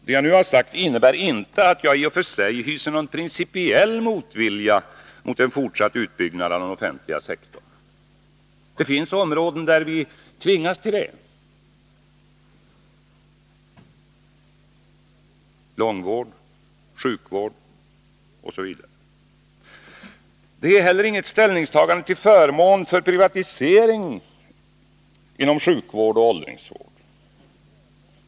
Det jag nu har sagt innebär inte i och för sig att jag hyser någon principiell motvilja mot en fortsatt utbyggnad av den offentliga sektorn. Det finns områden där vi tvingas till det — långvård, sjukvård, osv. Det är inte heller något ställningstagande till förmån för privatisering inom sjukvård och åldringsvård.